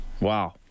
wow